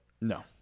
No